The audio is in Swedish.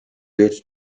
ert